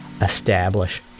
establish